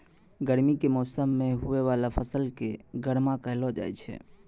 गर्मी के मौसम मे हुवै वाला फसल के गर्मा कहलौ जाय छै